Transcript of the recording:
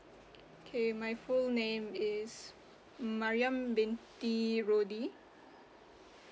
okay my full name is mariam binti rudi